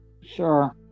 Sure